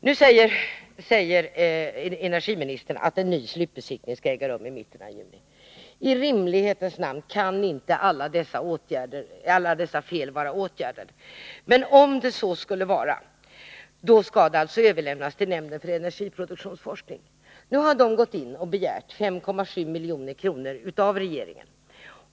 Nu säger energiministern att en ny slutbesiktning skall äga rum i mitten av juni. I rimlighetens namn måste sägas att alla dessa fel inte kan vara åtgärdade. Men om så skulle vara, skall verket överlämnas till nämnden för energiproduktionsforskning. Den har nu gått in och begärt 5,7 milj.kr. av regeringen.